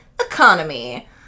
Economy